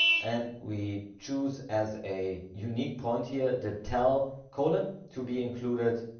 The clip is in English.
and we choose as a unique point here, the tell colon to be included.